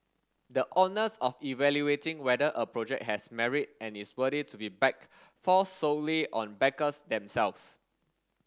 the onus of evaluating whether a project has merit and is worthy to be backed falls solely on backers themselves